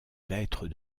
lettres